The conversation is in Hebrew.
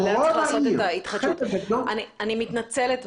אני מתנצלת.